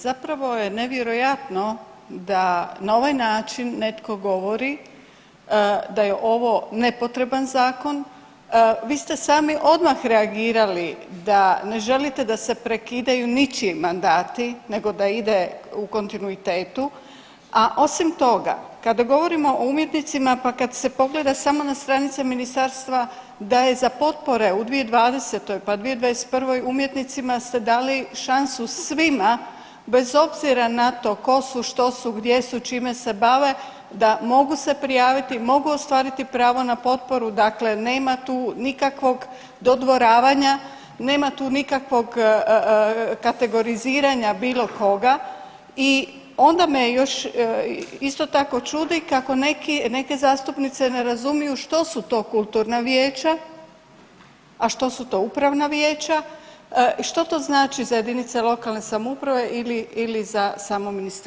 Zapravo je nevjerojatno da na ovaj način netko govori da je ovo nepotreban zakon, vi ste sami odmah reagirali da ne želite da se prekidaju ničiji mandati nego da ide u kontinuitetu, a osim toga, kad govorimo o umjetnicima pa kad se pogleda samo na stranice Ministarstva da je za potpore u 2020. pa 2021. umjetnicima ste dali šansu svima, bez obzira na to tko su, što su, gdje su, čime se bave da mogu se prijaviti, mogu ostvariti pravo na potporu, dakle nema tu nikakvog dodvoravanja, nema tu nikakvog kategoriziranja bilo koga i onda me još isto tako čudi, kako neki, neke zastupnice ne razumiju što su to kulturna vijeća, a što su to upravna vijeća i što to znači za jedinice lokalne samouprave ili za samo Ministarstvo.